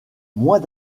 moins